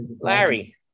Larry